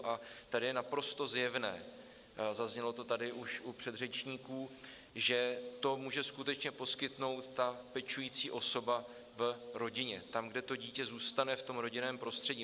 A tady je naprosto zjevné, zaznělo to tady už od předřečníků, že to může skutečně poskytnout ta pečující osoba v rodině, tam, kde to dítě zůstane v rodinném prostředí.